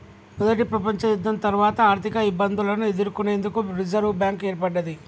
మొదటి ప్రపంచయుద్ధం తర్వాత ఆర్థికఇబ్బందులను ఎదుర్కొనేందుకు రిజర్వ్ బ్యాంక్ ఏర్పడ్డది